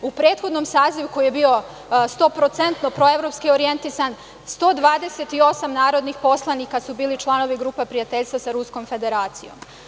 U prethodnom sazivu, koji je bio 100% proevropski orijentisan, 128 narodnih poslanika su bili članovi Grupe prijateljstva sa Ruskom Federacijom.